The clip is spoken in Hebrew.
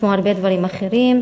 כמו הרבה דברים אחרים.